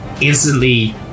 instantly